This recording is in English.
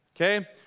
okay